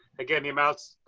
again, the amount